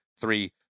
three